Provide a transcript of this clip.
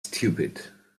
stupid